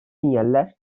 sinyaller